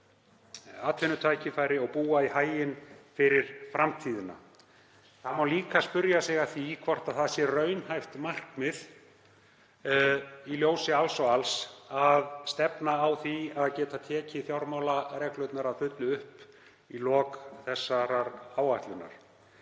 Það má líka spyrja sig hvort það sé raunhæft markmið í ljósi alls og alls að stefna að því að geta tekið fjármálareglurnar að fullu upp í lok þessarar áætlunar.